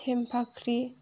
थेंफाख्रि